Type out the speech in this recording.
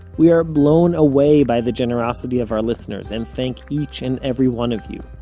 we are blown away by the generosity of our listeners, and thank each and every one of you.